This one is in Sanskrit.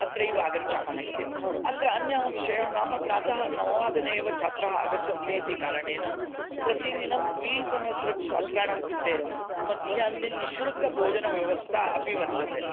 अत्रैव आगच्छामः इति अत्र अन्यः विषयः नाम प्रातः नववादने एव छात्राः आगच्छन्ति इति कारणेन प्रतिदिनं द्विसहस्रछात्राणां कृते मध्याह्ने निःशुल्कभोजनव्यवस्था अपि वर्तते